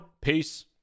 Peace